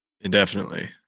indefinitely